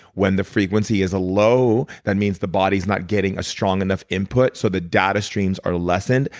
when the frequency is a low, that means the body is not getting a strong enough input so the data streams are lessened.